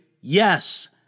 yes